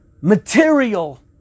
material